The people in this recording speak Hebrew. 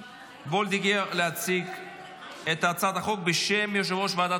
ההצעה להעביר את הצעת חוק החוק לייעול האכיפה והפיקוח